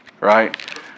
Right